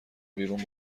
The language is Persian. بیرون